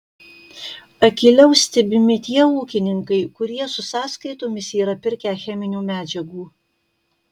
akyliau stebimi tie ūkininkai kurie su sąskaitomis yra pirkę cheminių medžiagų